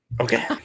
Okay